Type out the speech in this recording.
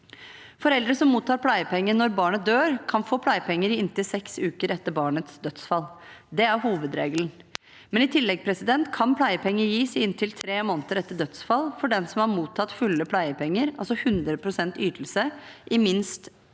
Foreldre som mottar pleiepenger når barnet dør, kan få pleiepenger i inntil seks uker etter barnets dødsfall. Det er hovedregelen. I tillegg kan pleiepenger gis i inntil tre måneder etter dødsfall for dem som har mottatt fulle pleiepenger, altså 100 pst. ytelse, i minst